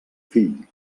fill